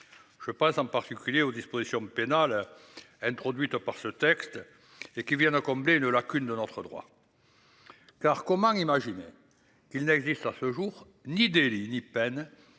Je pense en particulier aux dispositions pénales. Introduite par ce texte et qui combler une lacune de notre droit. Car comment imaginer. Il n'existe à ce jour ni délit ni peine